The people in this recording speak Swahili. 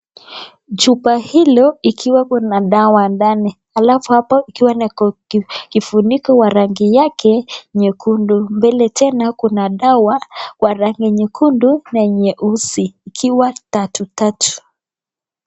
Chupa hilo ikiwa kuna dawa ndani, alafu iko na kifuniko ya rangi yake nyekundu mbele tena kuna dawa kwa rangi yake nyekundu na nyeusi ikiwa tatu tatu.